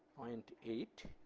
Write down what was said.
point eight